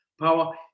power